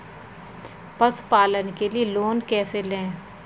पशुपालन के लिए लोन कैसे लें?